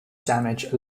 damaged